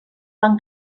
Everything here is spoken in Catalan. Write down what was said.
van